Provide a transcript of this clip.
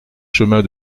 chemin